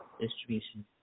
distribution